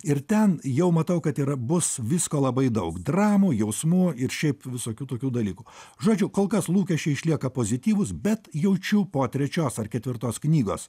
ir ten jau matau kad yra bus visko labai daug dramų jausmų ir šiaip visokių tokių dalykų žodžiu kol kas lūkesčiai išlieka pozityvūs bet jaučiu po trečios ar ketvirtos knygos